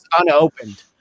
unopened